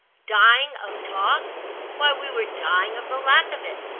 dying of talk why we were dying of the lack of it!